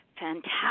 Fantastic